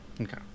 okay